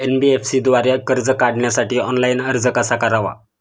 NBFC द्वारे कर्ज काढण्यासाठी ऑनलाइन अर्ज कसा करावा?